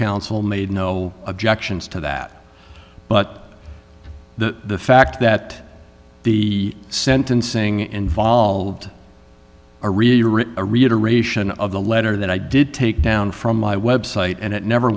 counsel made no objections to that but the fact that the sentencing involved a really really a reiteration of the letter that i did take down from my website and it never